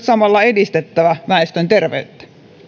samalla myös edistettävä väestön terveyttä